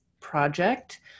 project